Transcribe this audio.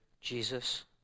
Jesus